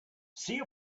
see